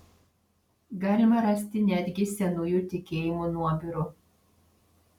galima rasti netgi senųjų tikėjimų nuobirų